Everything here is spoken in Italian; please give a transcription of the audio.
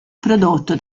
prodotto